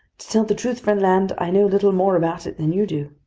to tell the truth, friend land, i know little more about it than you do.